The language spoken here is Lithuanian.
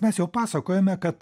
mes jau pasakojome kad